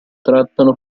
trattano